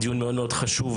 דיון מאוד מאוד חשוב.